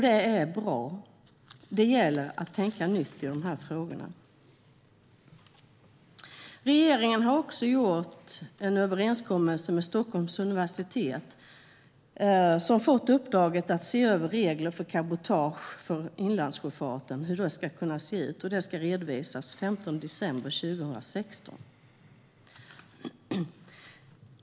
Det är bra. Det gäller att tänka nytt i de här frågorna. Regeringen har gjort en överenskommelse med Stockholms universitet, som har fått uppdraget att se över hur regler för cabotage för inlandssjöfarten ska kunna se ut. Detta ska redovisas den 15 december 2016.